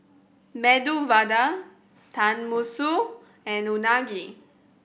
Medu Vada Tenmusu and Unagi